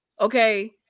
Okay